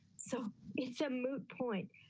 so it's a moot point,